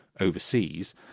overseas